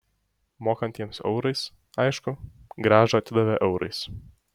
mokantiems eurais aišku grąžą atidavė eurais